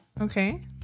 Okay